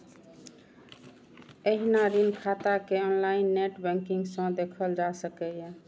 एहिना ऋण खाता कें ऑनलाइन नेट बैंकिंग सं देखल जा सकैए